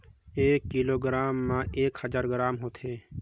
एक किलोग्राम म एक हजार ग्राम होथे